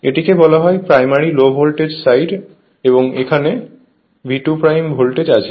এটিকে বলা হয় প্রাইমারি লো ভোল্টেজ সাইড এবং এখানে V2 ভোল্টেজ আছে